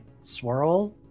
swirl